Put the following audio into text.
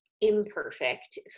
imperfect